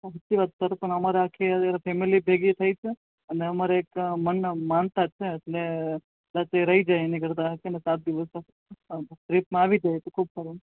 સાચી વાત સર પણ અમારે આખી ફેમિલી ભેગી થઈ છે અને અમારે એક મંન માનતા છે એટલે તે રહી જાય એનાં કરતાં કેટલા સાત દિવસનો ટ્રીપમાં આવી જાય ખૂબ ખૂબ સરસ